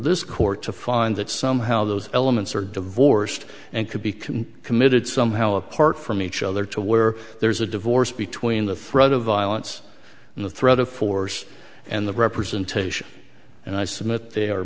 this court to find that somehow those elements are divorced and could become committed somehow apart from each other to where there's a divorce between the threat of violence and the threat of force and the representation and i submit they are